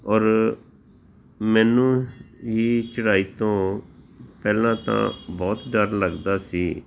ਔਰ ਮੈਨੂੰ ਹੀ ਚੜ੍ਹਾਈ ਤੋਂ ਪਹਿਲਾਂ ਤਾਂ ਬਹੁਤ ਡਰ ਲੱਗਦਾ ਸੀ